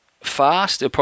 fast